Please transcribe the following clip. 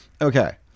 Okay